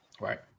right